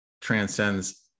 transcends